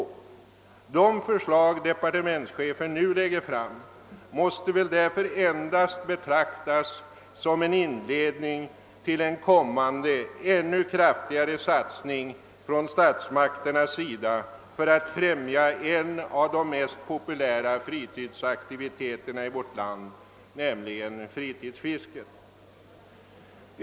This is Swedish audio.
De förslag som departementschefen nu lägger fram måste väl därför betraktas som endast en inledning till en kommande, ännu kraftigare satsning av statsmakterna för att främja en av de mest populära fritidsaktiviteterna i vårt land, fritidsfisket.